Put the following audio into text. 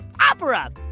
Opera